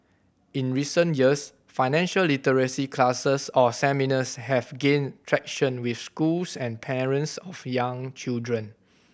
in recent years financial literacy classes or seminars have gained traction with schools and parents of young children